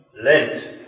Lent